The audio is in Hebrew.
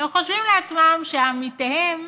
וחושבים לעצמם שעמיתיהם